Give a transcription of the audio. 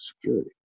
security